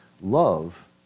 Love